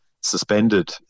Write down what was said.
suspended